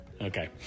Okay